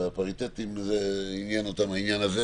ואת הפריטטיים עניין העניין הזה,